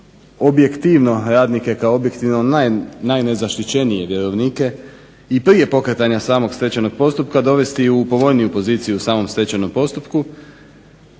objektivno radnike kao objektivno najnezaštićenije vjerovnike i prije pokretanja samog stečajnog postupka dovesti u povoljniju poziciju u samom stečajnom postupku